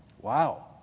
Wow